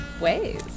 ways